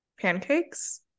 pancakes